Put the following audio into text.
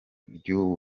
ry’ubu